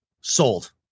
sold